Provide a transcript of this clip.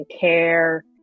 care